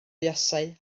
buasai